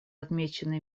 отмечены